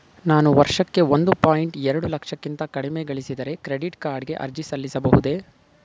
ನಾನು ವರ್ಷಕ್ಕೆ ಒಂದು ಪಾಯಿಂಟ್ ಎರಡು ಲಕ್ಷಕ್ಕಿಂತ ಕಡಿಮೆ ಗಳಿಸಿದರೆ ಕ್ರೆಡಿಟ್ ಕಾರ್ಡ್ ಗೆ ಅರ್ಜಿ ಸಲ್ಲಿಸಬಹುದೇ?